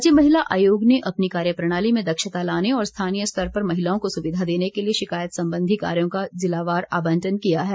राज्य महिला आयोग ने अपनी कार्यप्रणाली में दक्षता लाने और स्थानीय स्तर पर महिलाओं को सुविधा देने के लिए शिकायत संबंधी कार्यों का जिलावार आबंटन किया है